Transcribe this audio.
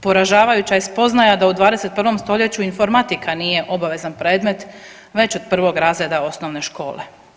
Poražavajuća je spoznaja da u 21. stoljeću informatika nije obavezan predmet već od 1. razreda osnovne škole.